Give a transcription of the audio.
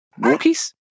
Walkies